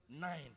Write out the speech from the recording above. Nine